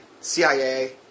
CIA